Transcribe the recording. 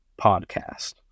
podcast